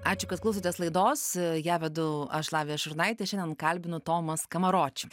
ačiū kad klausotės laidos ją vedu aš lavija šurnaitė šiandien kalbinu tomą skamaročių